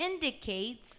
indicates